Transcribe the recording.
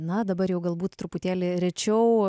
na dabar jau galbūt truputėlį rečiau